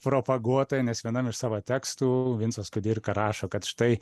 propaguotoją nes vienam iš savo tekstų vincas kudirka rašo kad štai